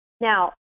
Now